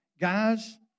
Guys